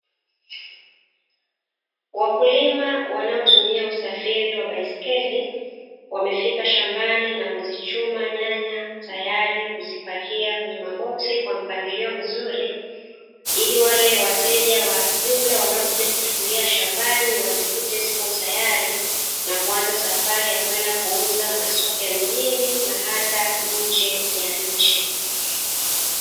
Wakulima wanaotumia usafiri wa baiskeli wamefika shambani na kuzichuma nyanya tayari kuzipakia kwenye maboksi kwa mpangilio mzuri, ili wale wateja wa jumla wanaokuja kuchukulia shambani wazikute ziko tayari, na kuanza safari ya kwenda kuuza masoko ya mijini na hata nje ya nchi.